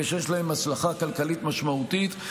ושיש להם השלכה כלכלית משמעותית,